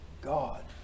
God